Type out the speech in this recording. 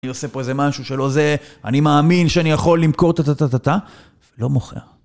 אני עושה פה איזה משהו שלא זה, אני מאמין שאני יכול למכור, ולא מוכר.